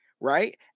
right